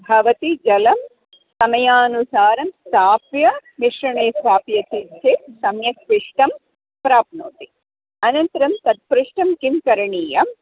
भवती जलं समयानुसारं संस्थाप्य मिश्रणे स्थाप्यते चेत् सम्यक् पिष्टं प्राप्नोति अनन्तरं तत् पिष्टं किं करणीयम्